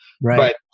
right